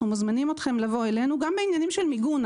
אנחנו מזמינים אתכן לבוא אלינו גם בעניינים של מיגון.